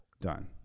done